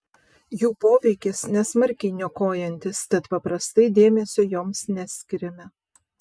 jų poveikis nesmarkiai niokojantis tad paprastai dėmesio joms neskiriame